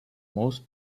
most